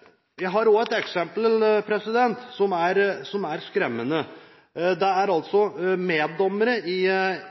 jeg heller ingen andre gjør. Vi har et annet eksempel, som er skremmende. Det gjelder meddommere